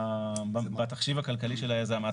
בתחשיב הכלכלי של היזם.